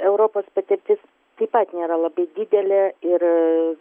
europos patirtis taip pat nėra labai didelė ir